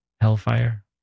Hellfire